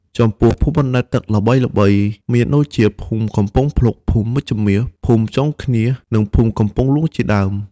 ចំពោះភូមិបណ្តែតទឹកល្បីៗមានដូចជា ភូមិកំពង់ភ្លុក ភូមិមេជ្ឈមាស ភូមិចុងឃ្នៀស និងភូមិកំពង់លួងជាដើម។